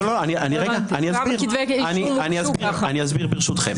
אני אסביר, ברשותכם.